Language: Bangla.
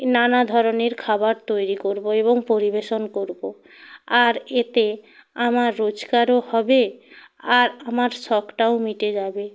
নানা ধরনের খাবার তৈরি করবো এবং পরিবেশন করবো আর এতে আমার রোজকারও হবে আর আমার শখটাও মিটে যাবে